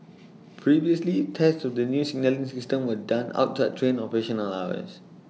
previously tests of the new signalling system were done outside train operational hours